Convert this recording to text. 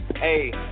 Hey